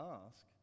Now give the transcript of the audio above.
ask